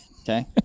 Okay